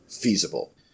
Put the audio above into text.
feasible